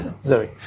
Sorry